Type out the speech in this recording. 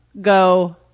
go